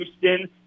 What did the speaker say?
Houston